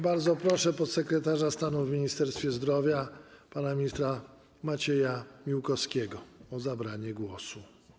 Bardzo proszę podsekretarza stanu w Ministerstwie Zdrowia pana ministra Macieja Miłkowskiego o zabranie głosu.